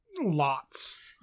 lots